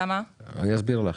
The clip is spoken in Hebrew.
ואסביר לך.